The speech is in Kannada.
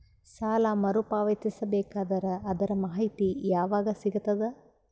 ಸಾಲ ಮರು ಪಾವತಿಸಬೇಕಾದರ ಅದರ್ ಮಾಹಿತಿ ಯವಾಗ ಸಿಗತದ?